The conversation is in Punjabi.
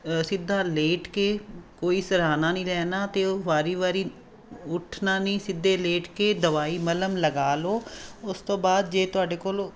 ਸਿੱਧਾ ਲੇਟ ਕੇ ਕੋਈ ਸਿਰਹਾਣਾ ਨਹੀਂ ਲੈਣਾ ਅਤੇ ਉਹ ਵਾਰ ਵਾਰ ਉਠਣਾ ਨਹੀਂ ਸਿੱਧੇ ਲੇਟ ਕੇ ਦਵਾਈ ਮਲਹਮ ਲਗਾ ਲਓ ਉਸ ਤੋਂ ਬਾਅਦ ਜੇ ਤੁਹਾਡੇ ਕੋਲ